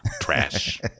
Trash